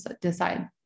decide